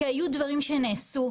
כי היו דברים שנעשו,